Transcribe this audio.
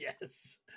Yes